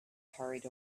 hurried